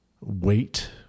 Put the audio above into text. wait